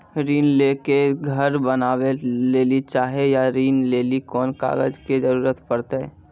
ऋण ले के घर बनावे लेली चाहे या ऋण लेली कोन कागज के जरूरी परतै?